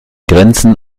grenzen